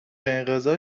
انقضا